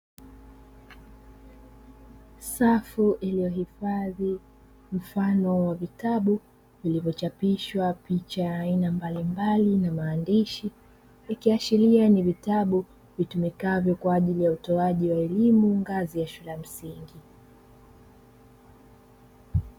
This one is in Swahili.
Safu iliyohifadhi mfano wa vitabu vilivyochapishwa picha ya aina mbalimbali, na maandishi, ikiashiria ni vitabu vitumikavyao kwa ajili ya elimu ngazi ya shule ya msingi.